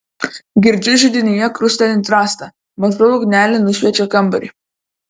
girdžiu židinyje krustelint rastą maža ugnelė nušviečia kambarį